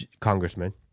congressman